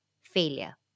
failure